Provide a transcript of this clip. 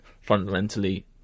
fundamentally